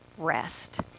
rest